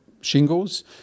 shingles